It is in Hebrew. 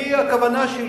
אני, הכוונה שלי